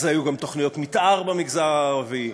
אז היו גם תוכניות מתאר במגזר הערבי,